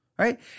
right